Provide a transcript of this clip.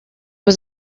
was